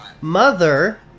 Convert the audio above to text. Mother